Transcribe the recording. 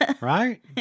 Right